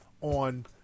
on